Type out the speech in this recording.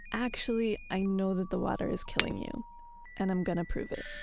actually, i know that the water is killing you and i'm going to prove it.